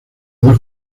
dos